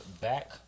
Back